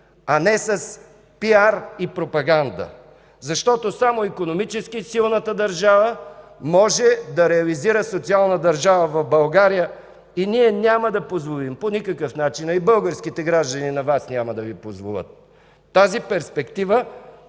а не с пиар и пропаганда, защото само икономически силната държава може да реализира социална държава в България. И ние няма да позволим, по никакъв начин, а и българските граждани няма да Ви позволят тази перспектива